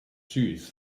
shoes